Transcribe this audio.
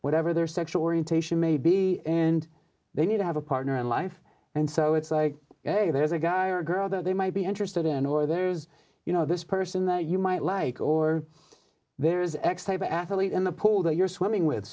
whatever their sexual orientation may be and they need to have a partner in life and so it's like ok there's a guy or girl that they might be interested in or there's you know this person that you might like or there is x type of athlete in the pool that you're swimming with